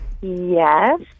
Yes